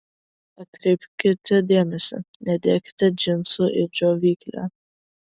atkreipkite dėmesį nedėkite džinsų į džiovyklę